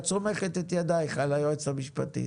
את סומכת ידייך על היועצת המשפטית.